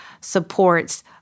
supports